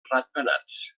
ratpenats